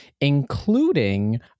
including